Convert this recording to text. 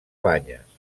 banyes